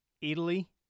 Italy